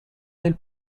del